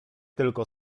tylko